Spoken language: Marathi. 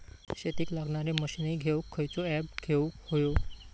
शेतीक लागणारे मशीनी घेवक खयचो ऍप घेवक होयो?